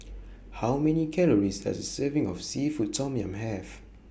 How Many Calories Does A Serving of Seafood Tom Yum Have